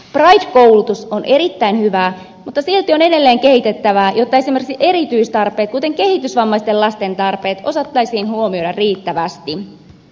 pride koulutus on erittäin hyvää mutta silti on edelleen kehitettävää jotta esimerkiksi erityistarpeet kuten kehitysvammaisten lasten tarpeet osattaisiin huomioida riittävästi